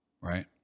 right